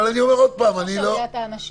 אי אפשר לשגע את האנשים.